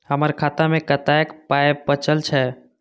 हमर खाता मे कतैक पाय बचल छै